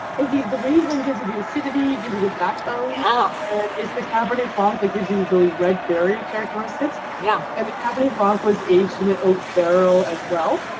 is the the riesling gives you the acidity, gives you the backbone yeah and it's the cabernet franc that gives you those red berry characteristics. yeah and the cabernet franc was aged in an oak barrel as well.